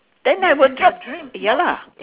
then I would drop ya lah